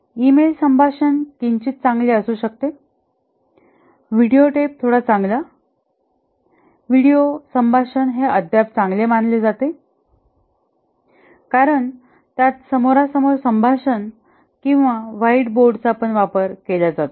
email संभाषण किंचित चांगले असू शकते व्हिडिओटेप थोडा चांगला विडिओ संभाषण हे अद्याप चांगले मानले जाते कारण त्यात समोर समोर संभाषण आणि व्हाईट बोर्ड चा पण वापर केला जातो